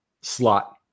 slot